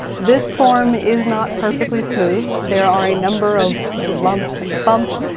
this form is not perfectly smooth, there are a number of lumps and bumps,